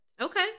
Okay